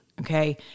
Okay